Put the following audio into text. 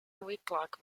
whitlock